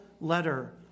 letter